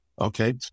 Okay